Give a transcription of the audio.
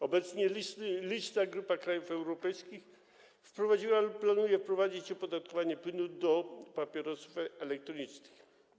Obecnie liczna grupa krajów europejskich wprowadziła lub planuje wprowadzić opodatkowanie płynów do papierosów elektronicznych.